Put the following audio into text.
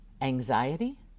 anxiety